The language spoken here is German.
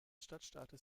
stadtstaats